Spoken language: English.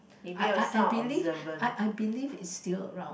I I I believe I I believe it's still around